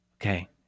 Okay